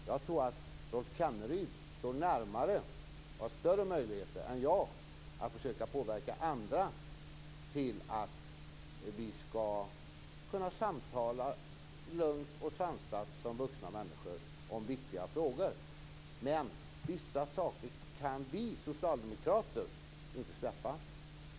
Jag tror att Rolf Kenneryd har större möjligheter än jag att påverka andra så att vi skall kunna samtala lugnt och sansat som vuxna människor om viktiga frågor. Vissa saker kan dock vi socialdemokrater inte släppa.